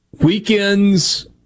weekends